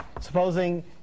supposing